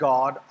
God